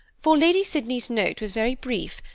for lady sydney's note was very brief,